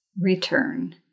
return